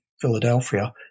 Philadelphia